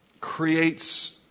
creates